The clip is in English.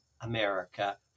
America